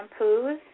shampoos